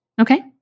Okay